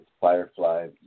Firefly